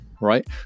right